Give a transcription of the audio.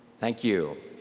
thank you.